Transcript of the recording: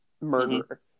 murderer